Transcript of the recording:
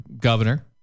governor